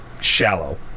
shallow